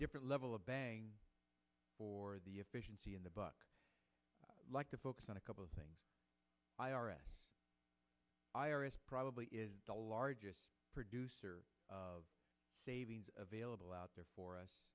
different level of bang for the efficiency in the buck like to focus on a couple of things i r s i r s probably is the largest producer of savings available out there for us